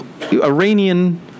Iranian